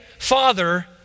Father